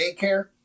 daycare